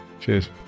cheers